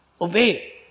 Obey